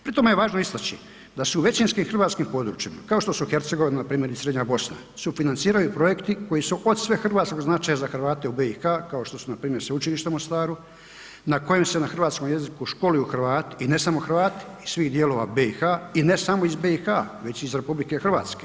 Pri tome je važno istači, da su u većinskim hrvatskim područjima kao što su Hercegovina primjer i Srednja Bosna sufinanciraju projekti koji su od svehrvatskog značaja za Hrvate u BiH kao što su npr. Sveučilište u Mostaru na kojem se na hrvatskom jeziku školuju Hrvati i ne samo Hrvati iz svih dijelova BiH i ne samo iz BiH već i iz RH.